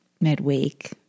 midweek